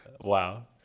Wow